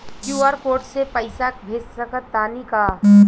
QR code से पईसा भेज सक तानी का?